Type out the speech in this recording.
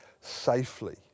safely